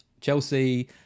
chelsea